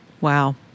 Wow